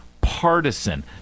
partisan